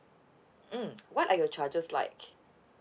mm what are your charges like